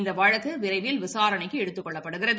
இந்த வழக்கு விரைவில் விசாரணைக்கு எடுத்துக் கொள்ளப்படுகிறது